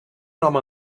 nom